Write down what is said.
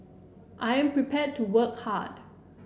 I am prepared to work hard